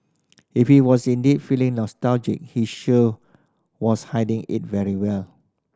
if he was indeed feeling nostalgic he sure was hiding it very well